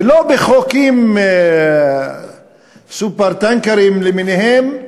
ולא בחוקים "סופר-טנקריים" למיניהם,